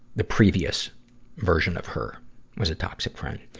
the previous version of her was a toxic friend.